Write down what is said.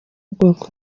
ubwoko